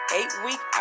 Eight-week